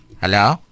Hello